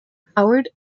powdered